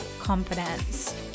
confidence